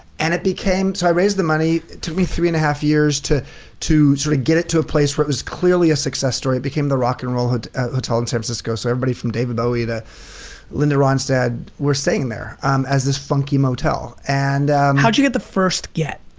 and it became so, i raised the money. took me three and a half years to to sort of get it to a place where it was clearly a success story. it became the rock n' and roll hotel in san francisco. so everybody from david bowie to linda ronstadt were staying there as this funky motel and how did you get the first get?